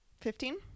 fifteen